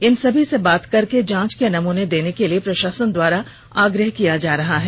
इन सभी से बात करके जांच के नमूने देने के लिए प्रषासन द्वारा आग्रह किया जा रहा है